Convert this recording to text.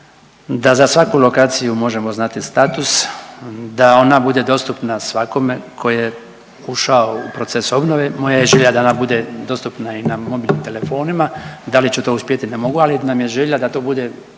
da za svaku lokaciju možemo znati status, da ona bude dostupna svakome tko je ušao u proces obnove. Moja je želja da ona bude dostupna i na mobilnim telefonima, da li će to uspjeti ne mogu, ali nam je želja da to bude